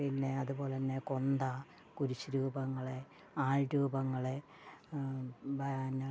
പിന്നെ അതുപോലെത്തന്നെ കൊന്ത കുരിശ് രൂപങ്ങൾ ആൾരൂപങ്ങൾ പിന്നെ